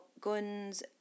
guns